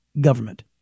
government